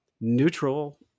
neutral